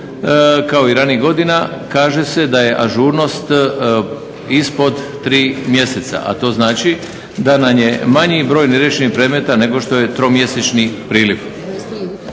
kao i ranijih godina predlaže se da je ažurnost ispod tri mjeseca, a to znači da je manji broj predmeta nego što je tromjesečni priliv.